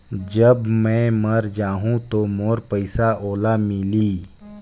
जब मै मर जाहूं तो मोर पइसा ओला मिली?